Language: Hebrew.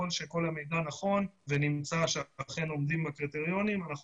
כאשר המידע נמצא נכון ונמצא שאכן עומדים בקריטריונים אנחנו